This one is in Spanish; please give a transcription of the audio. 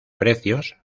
precios